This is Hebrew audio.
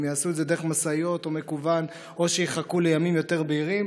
אם יעשו את זה דרך משאיות או מקוון או שיחכו לימים יותר בהירים,